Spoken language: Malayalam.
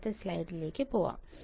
അടുത്ത സ്ലൈഡിലേക്ക് പോകാം